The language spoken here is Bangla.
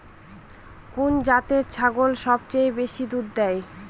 কোন জাতের ছাগল সবচেয়ে বেশি দুধ দেয়?